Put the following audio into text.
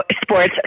sports